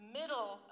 middle